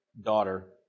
daughter